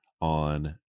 On